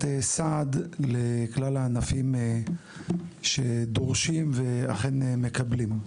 סעד לכלל הענפים שדורשים ואכן מקבלים.